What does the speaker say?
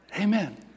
Amen